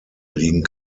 liegen